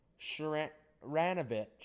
Sharanovich